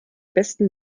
besten